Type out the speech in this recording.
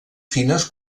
fines